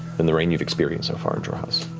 than the rain you've experienced so far in xhorhas.